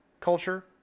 culture